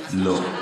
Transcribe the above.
לא.